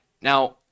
Now